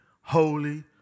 holy